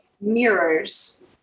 Mirrors